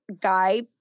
guy